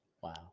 Wow